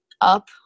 up